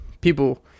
people